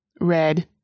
Red